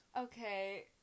Okay